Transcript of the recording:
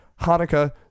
Hanukkah